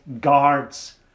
guards